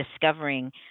discovering